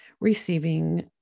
receiving